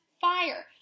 fire